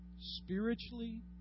spiritually